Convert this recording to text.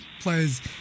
players